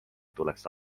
tuleks